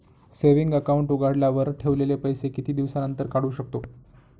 Saving account उघडल्यावर ठेवलेले पैसे किती दिवसानंतर काढू शकतो?